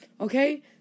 Okay